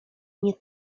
nie